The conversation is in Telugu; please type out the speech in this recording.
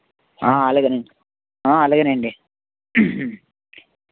అలాగే అండి అలాగే అండి